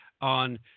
on